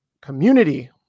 community